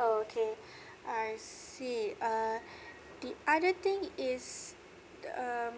oh okay I see okay err the other thing is um